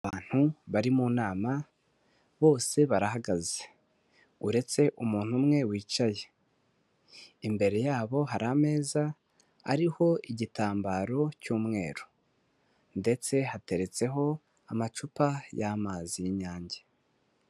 Abantu bari mu nama, bose barahagaze, uretse umuntu umwe wicaye. Imbere yabo hari ameza ariho igitambaro cy'umweru ndetse hateretseho amacupa y'amazi y'Inyange.